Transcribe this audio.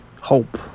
Hope